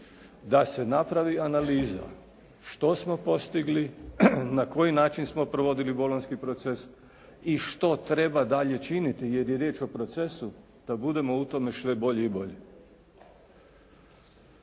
da se napravi analiza što smo postigli, na koji način smo provodili bolonjski proces i što treba dalje činiti jer je riječ o procesu da budemo u tome sve bolji i bolji.